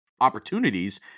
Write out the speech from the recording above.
opportunities